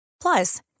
Plus